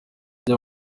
ajya